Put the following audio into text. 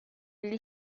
gli